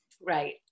Right